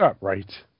Right